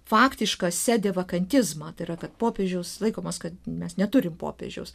faktišką sedevakantizmą tai yra kad popiežius laikomas kad mes neturim popiežiaus